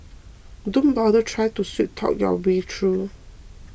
don't bother try to sweet talk your way through